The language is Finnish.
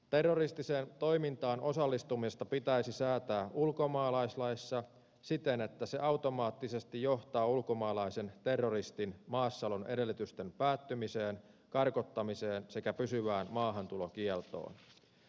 terroristiseen toimintaan osallistumisesta pitäisi säätää ulkomaalaislaissa siten että se automaattisesti johtaa ulkomaalaisen terroristin maassaolon edellytysten päättymiseen karkottamiseen sekä pysyvään maahantulokieltoon